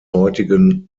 heutigen